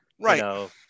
right